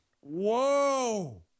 Whoa